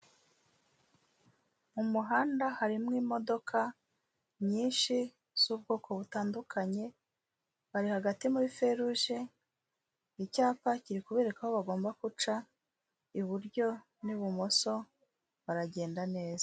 Umuhanda harimo imodoka nyinshi z'ubwoko butandukanye, bari hagati muri feruje, icyapa kiri kubereka aho bagomba guca, iburyo n'ibumoso, baragenda neza.